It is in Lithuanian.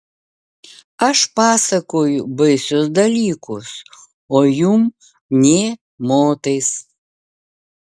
aš pasakoju baisius dalykus o jum nė motais